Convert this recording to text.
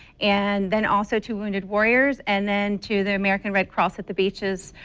and then also two hundred warriors. and then to the american red cross at the beaches.